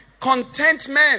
Contentment